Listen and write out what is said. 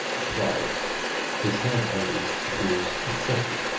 replied his head, at least, appears excessive.